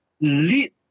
lead